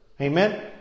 Amen